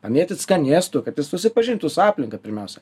pamėtyt skanėstų kad jis susipažintų su aplinka pirmiausia